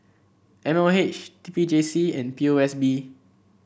M O H T P J C and P O S B